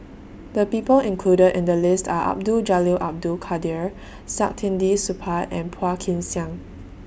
The People included in The list Are Abdul Jalil Abdul Kadir Saktiandi Supaat and Phua Kin Siang